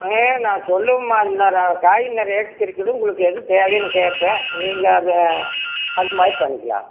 ம் நான் சொல்லவும் மறந்துவிடுறன் காய் என்ன ரேட்டுக்கு இருக்குது உங்களுக்கு எது தேவைன்னு கேட்பேன் நீங்கள் அதை அது மாதிரி பண்ணிக்கலாம்